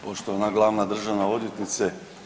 Poštovana glavna državna odvjetnice.